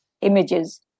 images